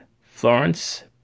Florence